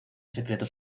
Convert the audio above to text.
secreto